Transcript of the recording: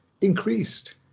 increased